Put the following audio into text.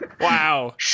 Wow